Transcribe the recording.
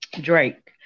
Drake